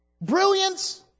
brilliance